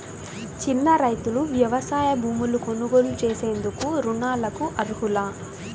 చిన్న రైతులు వ్యవసాయ భూములు కొనుగోలు చేసేందుకు రుణాలకు అర్హులా?